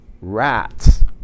rats